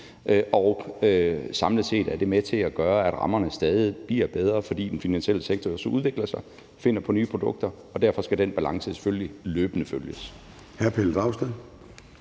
er samlet set med til at gøre, at rammerne stadig bliver bedre, fordi den finansielle sektor også udvikler sig og finder på nye produkter. Og derfor skal den balance selvfølgelig løbende findes.